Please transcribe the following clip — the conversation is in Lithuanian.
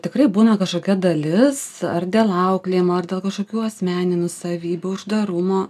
tikrai būna kažkokia dalis ar dėl auklėjimo ar dėl kažkokių asmeninių savybių uždarumo